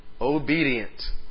Obedient